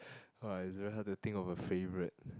!wah! it's very hard to think of a favourite